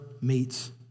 meets